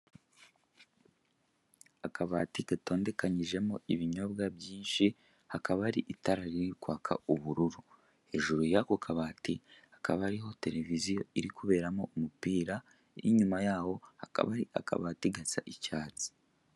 Akabati gatondekanyijemo ibinyobwa byinshi, hakaba hari itara riri kwaka ubururu. Hejuru y'ako kabati hakaba hariho televiziyo iri kuberamo umupira, n'inyuma yaho hakaba hari akabati gasa icyatsi.